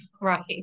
Right